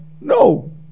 No